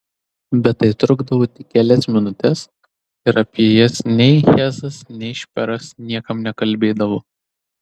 bet tai trukdavo tik kelias minutes ir apie jas nei hesas nei šperas niekam nekalbėdavo